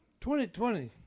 2020